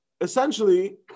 essentially